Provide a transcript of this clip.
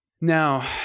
Now